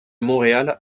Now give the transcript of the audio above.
montréal